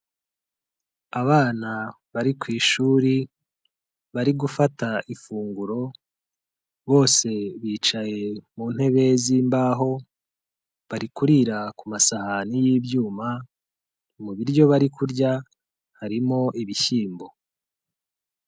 Abana bari ku ishuri bari gufata ifunguro, bose bicaye mu ntebe zimbaho, bari kurira ku masahani y'ibyuma, mu biryo bari kurya harimo ibishyimbo.